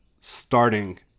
starting